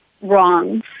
wrongs